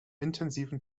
intensiven